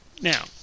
Now